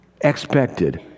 expected